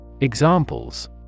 Examples